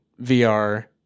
vr